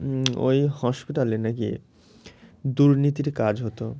ওই হসপিটালে না গিয়ে দুর্নীতির কাজ হতো